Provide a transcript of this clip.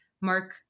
mark